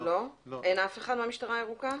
אין אף אחד מהמשטרה הירוקה?